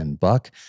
Buck